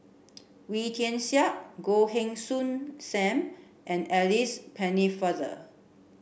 Wee Tian Siak Goh Heng Soon Sam and Alice Pennefather